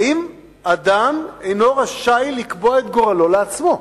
האם אדם אינו רשאי לקבוע את גורלו לעצמו?